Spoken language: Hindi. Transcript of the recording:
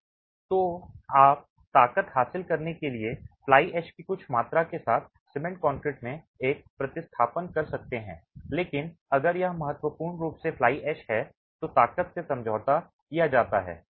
तो आप ताकत हासिल करने के लिए फ्लाई ऐश की कुछ मात्रा के साथ सीमेंट कंक्रीट में एक प्रतिस्थापन कर सकते हैं लेकिन अगर यह महत्वपूर्ण रूप से फ्लाई ऐश है तो ताकत से समझौता किया जाता है